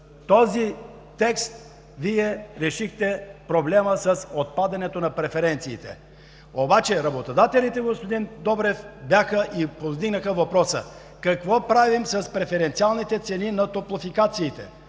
този текст Вие решихте проблема с отпадането на преференциите. Обаче работодателите, господин Добрев, бяха и повдигнаха въпроса: какво правим с преференциалните цени на топлофикациите?